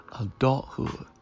adulthood